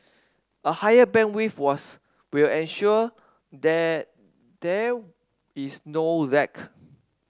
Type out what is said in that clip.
a higher bandwidth was will ensure that there is no lack